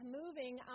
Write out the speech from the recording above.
moving